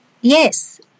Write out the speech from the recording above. Yes